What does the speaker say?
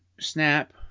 Snap